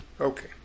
Okay